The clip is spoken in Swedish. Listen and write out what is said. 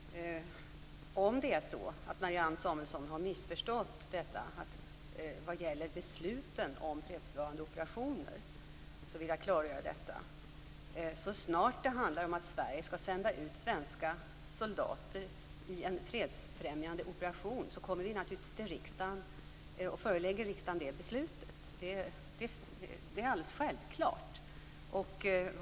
Herr talman! Om det är så att Marianne Samuelsson har missförstått besluten vad gäller fredsbevarande operationer vill jag klargöra dessa. Så snart det handlar om att Sverige skall sända ut svenska soldater i en fredsfrämjande operation kommer vi naturligtvis att förelägga riksdagen det beslutet. Det är alldeles självklart.